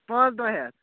پانٛژھ دۄہ ہا